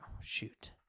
Shoot